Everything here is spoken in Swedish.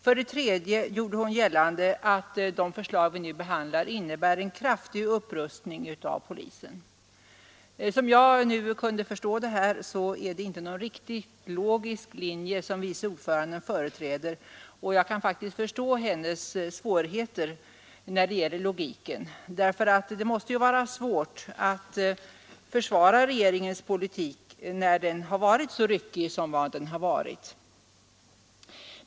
För det tredje gjorde hon gällande att det förslag vi nu behandlar innebär en kraftig upprustning av polisen. Som jag kunde fatta detta är det inte någon logisk linje som vice ordföranden företräder, och jag kan faktiskt förstå hennes svårigheter när det gäller logiken, för det måste ju vara svårt att försvara regeringens politik, så ryckig som den varit.